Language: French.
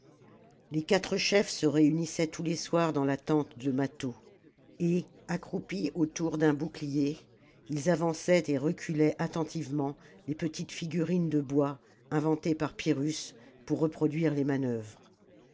les quatre chefs se réunissaient tous les soirs dans la tente de mâtho et accroupis autour d'un bouclier ils avançaient et reculaient attentivement les petites figurines de bois inventées par pyrrhus pour reproduire les manœuvres